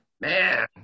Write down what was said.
man